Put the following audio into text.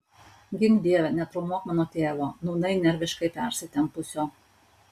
gink dieve netraumuok mano tėvo nūnai nerviškai persitempusio